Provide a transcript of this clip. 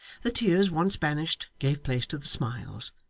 the tears once banished gave place to the smiles,